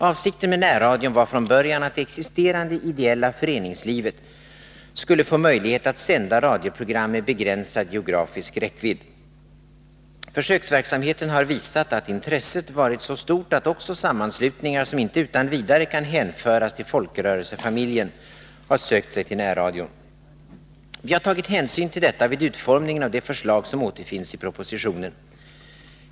Avsikten med närradion var från början att det existerande ideella föreningslivet skulle få möjlighet att sända radioprogram med begränsad geografisk räckvidd. Försöksverksamheten har visat att intresset varit så stort att också sammanslutningar som inte utan vidare kan hänföras till folkrörelsefamiljen har sökt sig till närradion. Vi har tagit hänsyn till detta vid utformningen av de förslag som återfinns i propositionen.